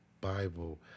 Bible